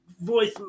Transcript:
voice